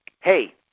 hey